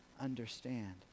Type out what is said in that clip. understand